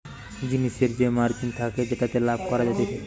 জিনিসের যে মার্জিন থাকে যেটাতে লাভ করা যাতিছে